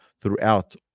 throughout